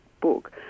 book